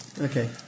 Okay